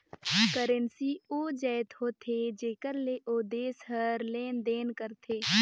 currency ओ जाएत होथे जेकर ले ओ देस हर लेन देन करथे